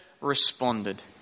responded